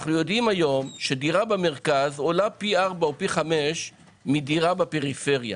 אנו יודעים היום שדירה במרכז עולה פי ארבעה או חמישה מדירה בפריפריה